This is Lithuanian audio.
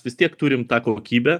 vis tiek turim tą kokybę